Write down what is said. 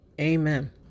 Amen